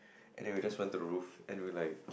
and then we just went to roof and we were like